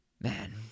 man